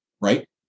right